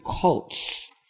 cults